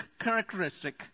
characteristic